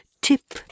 tip